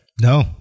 No